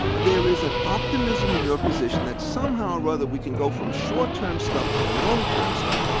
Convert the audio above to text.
there is an optimism in your position that somehow or other we can go from short-term stuff to long-term stuff,